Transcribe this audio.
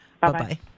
bye-bye